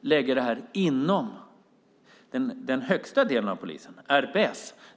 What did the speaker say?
lägga det här inom den högsta delen av polisen, RPS.